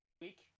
week